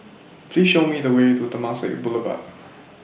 Please Show Me The Way to Temasek Boulevard